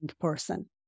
person